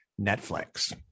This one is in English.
Netflix